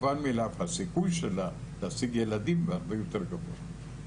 מובן מאליו שהסיכוי שלה להגיע לילדים הוא הרבה יותר גבוה.